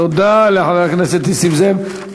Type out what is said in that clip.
תודה לחבר הכנסת נסים זאב.